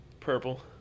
Purple